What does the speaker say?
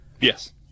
Yes